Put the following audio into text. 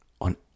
on